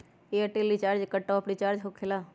Airtel recharge एकर top off recharge होकेला?